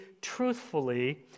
truthfully